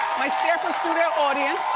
my staffer studio audience.